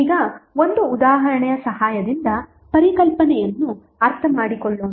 ಈಗ ಒಂದು ಉದಾಹರಣೆಯ ಸಹಾಯದಿಂದ ಪರಿಕಲ್ಪನೆಯನ್ನು ಅರ್ಥಮಾಡಿಕೊಳ್ಳೋಣ